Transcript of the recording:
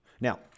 Now